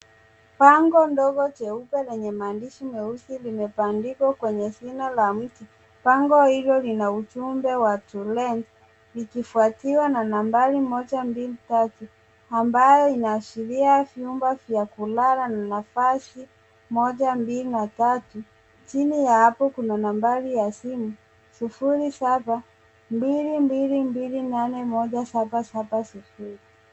Bango ndogo jeupe lenye maandishi meusi limebandikwa kwenye shina la mti. Bango hilo lina ujumbe wa To Let likifuatiwa na nambari moja, mbili, tatu ambayo inaashiria vyumba vya kulala na nafasi moja, mbili na tatu. Chini ya hapo kuna nambari ya simu. Sufuri, saba, mbili, mbili mbili, nane, moja, saba, saba sufuri.